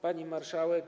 Pani Marszałek!